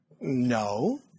No